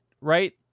right